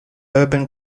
urban